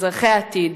אזרחי העתיד,